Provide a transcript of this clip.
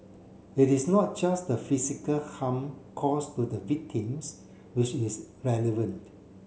it is not just the physical harm caused to the victims which is relevant